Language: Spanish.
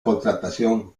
contratación